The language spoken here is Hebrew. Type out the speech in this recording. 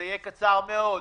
זה יהיה קצר מאוד.